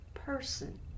person